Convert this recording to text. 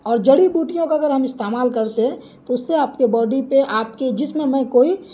اور جڑی بوٹیوں کا اگر ہم استعمال کرتے تو اس سے آپ کے باڈی پہ آپ کے جسم میں کوئی